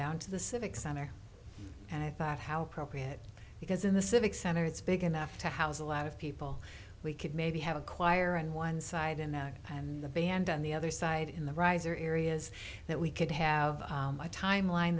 down to the civic center and i thought how appropriate because in the civic center it's big enough to house a lot of people we could maybe have a choir on one side and and the band on the other side in the riser areas that we could have a timeline